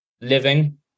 living